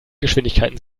geschwindigkeiten